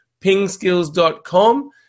pingskills.com